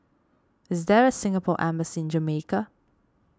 is there a Singapore Embassy in Jamaica